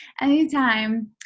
Anytime